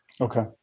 Okay